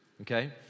Okay